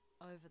over